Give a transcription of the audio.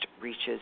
reaches